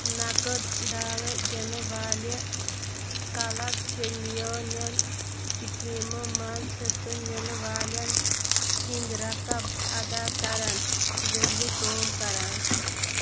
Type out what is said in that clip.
نقٕد ڈالہٕ دِنہٕ والہِ کَلَب چھِ نِیونٮ۪ن سِكیٖم منٛز حِصہٕ نِنہٕ والٮ۪ن ہِنٛدۍ رقم ادا كَران ذٔریعہِ کٲم کران